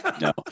No